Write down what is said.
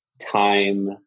time